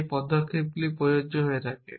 এই পদক্ষেপটি প্রযোজ্য হয়ে যায়